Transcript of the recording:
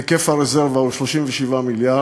היקף הרזרבה הוא 37 מיליארד,